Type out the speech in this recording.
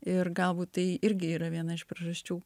ir galbūt tai irgi yra viena iš priežasčių